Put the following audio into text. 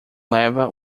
leva